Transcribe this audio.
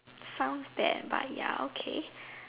sounds that but ya okay